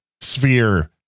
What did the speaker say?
sphere